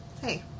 hey